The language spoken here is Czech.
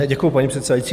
Děkuju, paní předsedající.